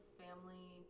family